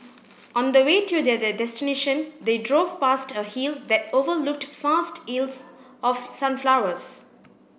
on the way to their destination they drove past a hill that overlooked vast of sunflowers